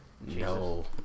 No